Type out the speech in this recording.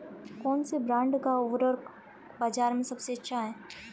कौनसे ब्रांड का उर्वरक बाज़ार में सबसे अच्छा हैं?